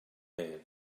man